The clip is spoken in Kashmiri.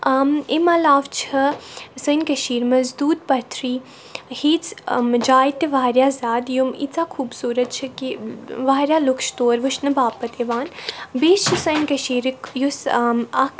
امہِ عَلاو چھِ سٲنۍ کٔشیٖر منٛز دۄد پَتھرِی ہِژھ جایہِ تہِ واریاہ زِیادٕ یِم ایٖژاہ خوبصوٗرَت چھِ کہِ واریاہ لُکھ چھِ تور وٕچھنہٕ باپَتھ یِوان بیٚیہِ چھِ سانہِ کٔشیٖرِ یُس اَکھ